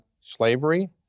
slavery